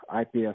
IPS